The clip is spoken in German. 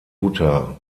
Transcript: utah